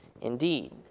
Indeed